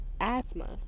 asthma